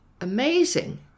amazing